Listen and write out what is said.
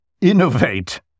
innovate